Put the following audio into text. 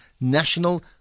national